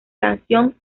canción